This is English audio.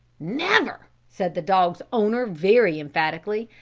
never! said the dog's owner very emphatically.